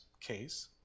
case